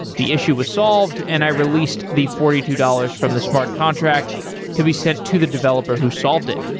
the issue was solved and i released the forty two dollars from the smart contract to be sent to the developer who solved it.